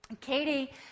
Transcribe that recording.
Katie